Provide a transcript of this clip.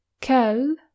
kel